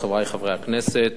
חברי חברי הכנסת,